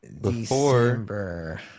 December